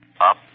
Up